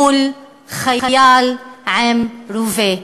מול חייל עם רובה,